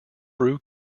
brew